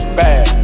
bad